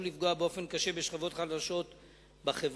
לפגוע באופן קשה בשכבות חלשות בחברה.